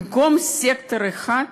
במקום סקטור אחד,